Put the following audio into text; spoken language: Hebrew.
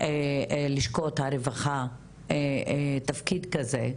לשכות הרווחה תפקיד כזה,